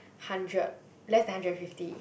hundred less than hundred and fifty